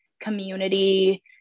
community